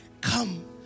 Come